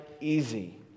easy